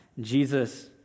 Jesus